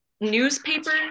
newspaper